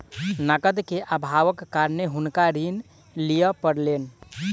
नकद के अभावक कारणेँ हुनका ऋण लिअ पड़लैन